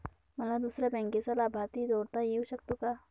मला दुसऱ्या बँकेचा लाभार्थी जोडता येऊ शकतो का?